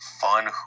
fun